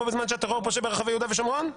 בו בזמן שהטרור פושה ביהודה ושומרון"?